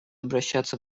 обращаться